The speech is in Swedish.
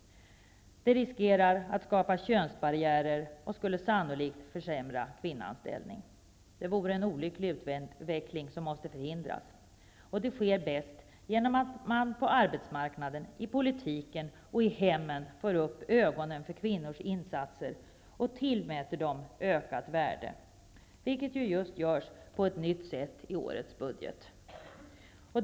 Risken är att könsbarriärer skapas, och kvinnans ställning skulle sannolikt försämras. Det vore en olycklig utveckling, som måste förhindras. Det sker bäst genom att man på arbetsmarknaden, i politiken och i hemmen får upp ögonen för kvinnornas insatser och tillmäter dem ökat värde, vilket just görs på ett nytt sätt i årets budget.